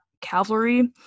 cavalry